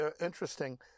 interesting